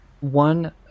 One